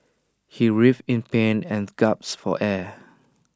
he writhed in pain and gasped for air